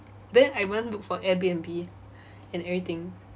then I even look for airbnb and everything